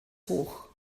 hoch